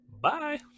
Bye